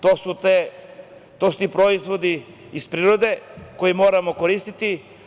To su ti proizvodi iz prirode koje moramo koristiti.